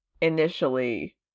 initially